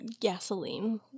gasoline